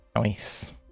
Nice